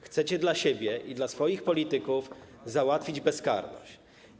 Chcecie dla siebie i dla swoich polityków załatwić bezkarność.